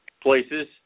places